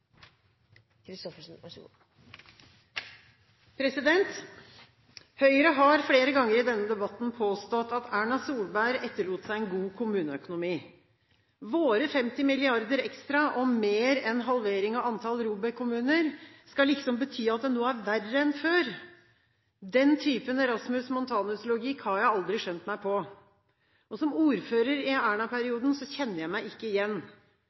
Høyre har flere ganger i denne debatten påstått at Erna Solberg etterlot seg en god kommuneøkonomi. Våre 50 mrd. kr ekstra og mer enn en halvering av antall ROBEK-kommuner skal liksom bety at det nå er verre enn før. Den typen Erasmus Montanus-logikk har jeg aldri skjønt meg på. Som ordfører i Erna-perioden kjenner jeg meg ikke igjen.